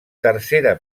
tercera